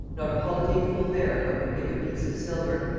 not a holiday fool there but would give a piece of silver.